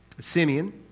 Simeon